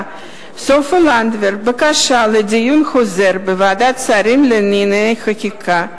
סופה לנדבר בקשה לדיון חוזר בוועדת שרים לענייני חקיקה,